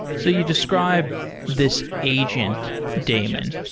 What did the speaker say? so you describe this agent, daemon.